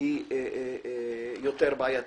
היא יותר בעייתית.